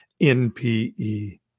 NPE